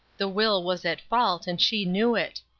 the will was at fault, and she knew it.